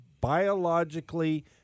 biologically